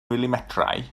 milimetrau